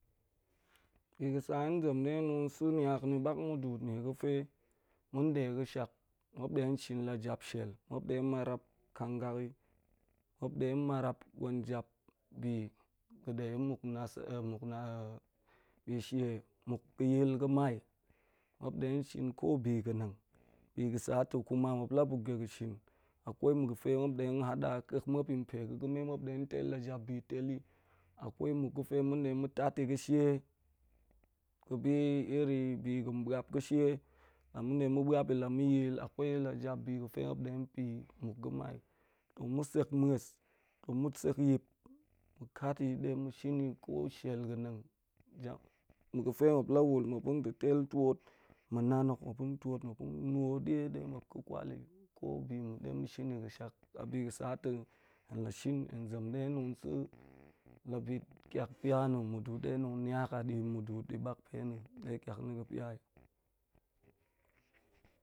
Bi ga̱ sa hen zem ɗe tong sa̱ mak na̱ bak mudulit nie ga̱fe ma̱n ɗe ga̱ shak, muap ɗe shit la jap shel, muap ɗe marap gangak yi, muap ɗe marap gwen tap bi ga̱ ɗe muk bi she muk yil ga̱mai, muap ɗe shin ko bi ga̱ nanag, bi ga̱ sa ta̱ kuma muap la buk ɗe ga̱ shin, a kwai ma̱ ga̱fe muap de hada ka̱k muap pi pega̱ ga̱me tal la japbi talyi. A kwai ma̱ ga̱fe ma̱n ɗe ma̱ taf ta̱ ga̱ she ga̱ bi iri la ma̱ yil a kwai ta bi ga̱pe muap de pa̱ yi muk ga̱mai, mu sek ma̱a̱s, tong ma sek yip, kat yi ɗe ma̱ shin ni ko shel ga̱ nang, jap ma̱ ga̱fe muap la wal tel tuot, ma̱ nan hok muap tong nua̱ dya ɗe muap ga̱ kwal yi ka si ma̱ ɗe ma̱ shin yi gashak. A bi ga̱ sa ta̱ hen lo shin hen zem ɗe sa̱ la bi kiak pya na̱ nmuɗuut ɗe tong niak adi muduut di bak pa̱ na̱ de kiak na̱ ga̱ pya yi